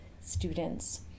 students